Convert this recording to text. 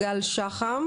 גל שחם